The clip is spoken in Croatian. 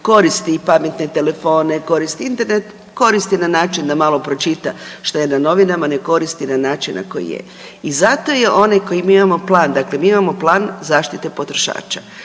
koristi i pametne telefone, koristi Internet, koristi na način da malo pročita šta je na novinama, ne koristi na način na koji je i zato je onaj koji mi imamo plan, dakle mi imamo plan zaštite potrošača.